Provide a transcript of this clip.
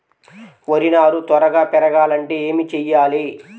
వరి నారు త్వరగా పెరగాలంటే ఏమి చెయ్యాలి?